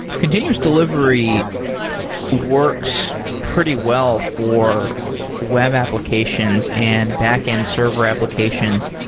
continuous delivery works pretty well for web applications and back end server applications.